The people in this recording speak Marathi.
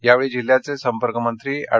या वेळी जिल्ह्याचे संपर्कमंत्री एड